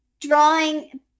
drawing